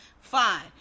fine